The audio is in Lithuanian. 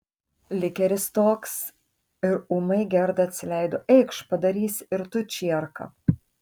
likeris toks ir ūmai gerda atsileido eikš padarysi ir tu čierką